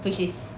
which is